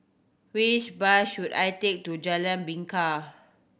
which bus should I take to Jalan Bingka